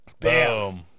Boom